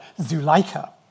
Zuleika